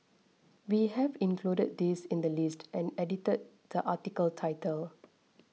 we have included this in the list and edited the article title